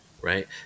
right